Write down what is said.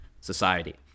society